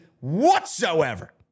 whatsoever